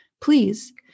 Please